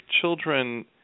children